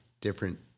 different